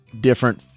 different